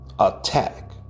Attack